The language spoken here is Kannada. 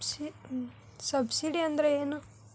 ಸಬ್ಸಿಡಿ ಅಂದ್ರೆ ಏನು?